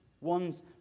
One's